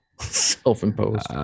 Self-imposed